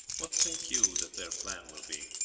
what think you that their plan will be?